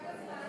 כמה זמן?